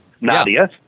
Nadia